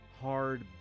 hard